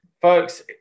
folks